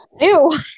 Ew